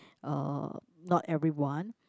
uh not everyone